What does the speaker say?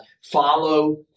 Follow